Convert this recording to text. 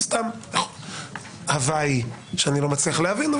סתם הווי שאני לא מצליח להבין,